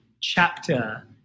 chapter